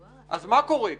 אז מה קורה כאן?